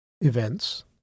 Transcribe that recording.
events